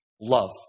love